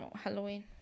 Halloween